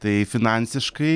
tai finansiškai